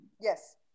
Yes